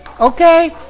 Okay